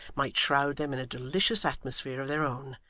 might shroud them in a delicious atmosphere of their own,